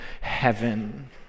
heaven